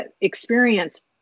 experience